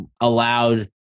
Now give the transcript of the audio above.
allowed